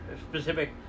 specific